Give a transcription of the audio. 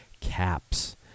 caps